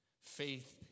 faith